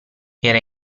era